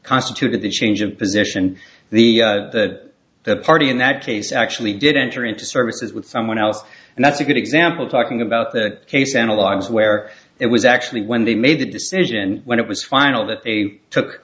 constituted the change of position the that the party in that case actually did enter into services with someone else and that's a good example talking about that case analogs where it was actually when they made the decision when it was final that they took